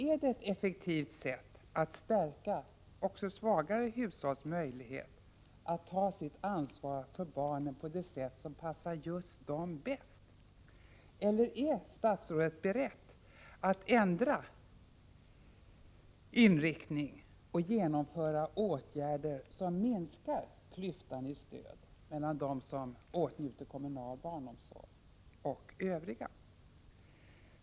Är detta ett effektivt sätt att stärka också svagare hushålls möjlighet att ta sitt ansvar för barnen på det sätt som passar just dem bäst? Eller är statsrådet beredd ändra inriktning och genomföra åtgärder som minskar klyftan i stöd mellan dem som utnyttjar kommunal barnomsorg och övriga?